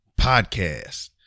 podcast